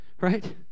Right